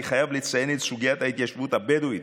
אני חייב לציין את סוגיית ההתיישבות הבדואית,